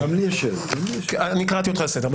אני קראתי אותך לסדר.